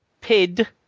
PID